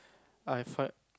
I find